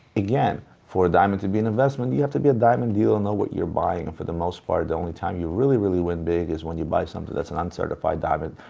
again, for a diamond to be an investment, you have to be a diamond dealer and know what you're buying. for the most part, the only time you really, really win big is when you buy something that's a non-certified diamond,